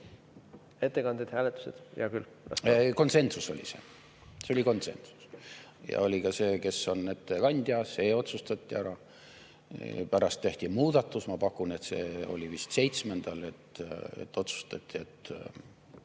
Ettekandjad, hääletused? Hea küll. Konsensus oli see. See oli konsensus. Ja oli ka see, kes on ettekandja, see otsustati ära. Pärast tehti muudatus – ma pakun, et see oli vist seitsmendal, kui otsustati, et